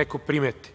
neko primeti.